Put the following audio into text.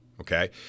Okay